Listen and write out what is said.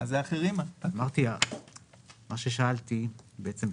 "האחרים" זה כל הנכסים שהם אינם נכסים